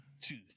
Two